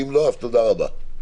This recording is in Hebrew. אם לא, תודה רבה.